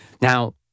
Now